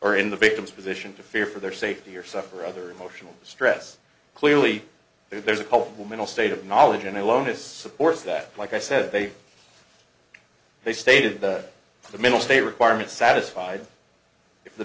or in the victim's position to fear for their safety or suffer other emotional distress clearly there's a culpable mental state of knowledge and aloneness supports that like i said they they stated that the mental state requirement satisfied if the